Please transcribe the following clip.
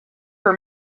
her